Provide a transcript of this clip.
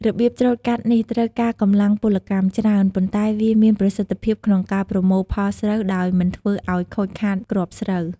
របៀបច្រូតកាត់នេះត្រូវការកម្លាំងពលកម្មច្រើន ប៉ុន្តែវាមានប្រសិទ្ធភាពក្នុងការប្រមូលផលស្រូវដោយមិនធ្វើឱ្យខូចខាតគ្រាប់ស្រូវ។